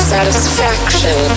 Satisfaction